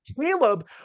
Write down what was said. Caleb